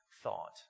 thought